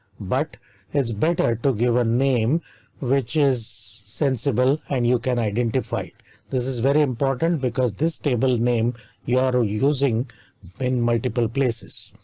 but it's better to give a name which is sensible and you can identify this is very important because this table name you are using in multiple places,